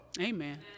Amen